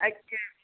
ਅੱਛਾ ਜੀ